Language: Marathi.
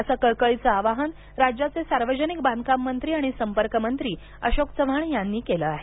अस कळकळीच आवाहन राज्याचे सार्वजनिक बांधकाम मंत्री आणि संपर्क मंत्री अशोक चव्हाण यांनी केलं आहे